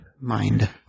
Mind